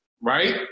right